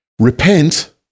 Repent